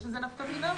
יש לזה נפקא מינה?